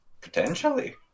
Potentially